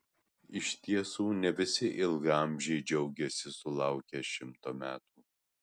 iš tiesų ne visi ilgaamžiai džiaugiasi sulaukę šimto metų